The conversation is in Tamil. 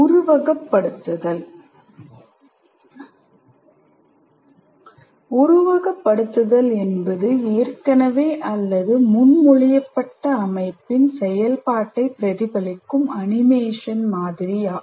உருவகப்படுத்துதல் உருவகப்படுத்துதல் என்பது ஏற்கனவே உள்ள அல்லது முன்மொழியப்பட்ட அமைப்பின் செயல்பாட்டைப் பிரதிபலிக்கும் அனிமேஷன் மாதிரியாகும்